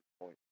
point